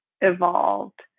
evolved